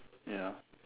ya